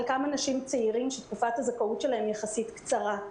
חלקם אנשים צעירים שתקופת הזכאות שלהם יחסית קצרה.